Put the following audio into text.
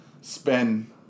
spend